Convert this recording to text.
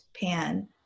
pan